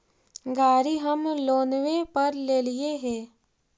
गाड़ी हम लोनवे पर लेलिऐ हे?